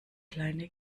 kleine